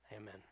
Amen